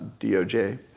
DOJ